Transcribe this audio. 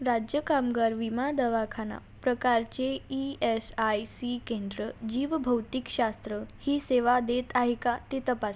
राज्य कामगार विमा दवाखाना प्रकारचे ई एस आय सी केंद्र जीवभौतिकशास्त्र ही सेवा देत आहे का ते तपासा